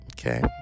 Okay